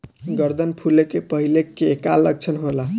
गर्दन फुले के पहिले के का लक्षण होला?